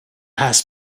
has